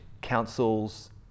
council's